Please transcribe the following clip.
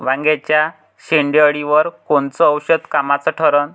वांग्याच्या शेंडेअळीवर कोनचं औषध कामाचं ठरन?